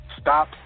Stop